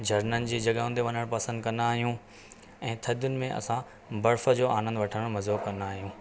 झरननि जी जॻहियुनि ते वञणु पसंदि कंदा आहियूं ऐं थधियुनि में असां बर्फ जो आनंद वठनि मज़ो कंदा आहियूं